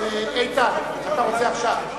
איתן, אתה רוצה עכשיו?